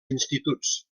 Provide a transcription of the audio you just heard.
instituts